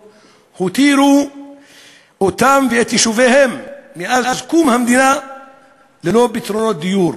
הותירו אותם ואת יישוביהם מאז קום המדינה ללא פתרונות דיור.